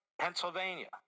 Pennsylvania